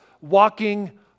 walking